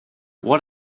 what